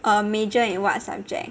err major in what subject